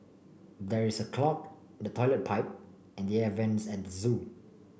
there is a clog the toilet pipe and the air vents at the zoo